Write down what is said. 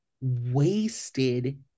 wasted